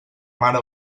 mare